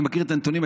אני מכיר את הנתונים,